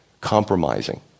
compromising